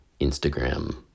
Instagram